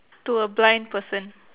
to a blind person